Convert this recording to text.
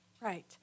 Right